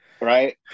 right